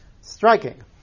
striking